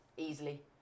Easily